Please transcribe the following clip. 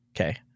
okay